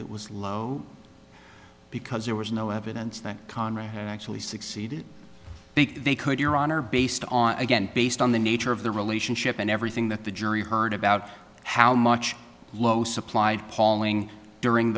it was low because there was no evidence that conrad actually succeeded big they could your honor based on again based on the nature of the relationship and everything that the jury heard about how much low supplied palling during